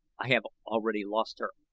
i have already lost her,